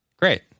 great